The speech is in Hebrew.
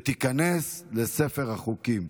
ותיכנס לספר החוקים.